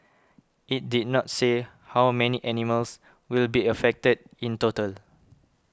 it did not say how many animals will be affected in total